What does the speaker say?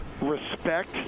respect